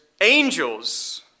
angels